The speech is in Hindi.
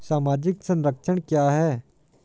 सामाजिक संरक्षण क्या है?